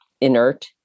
inert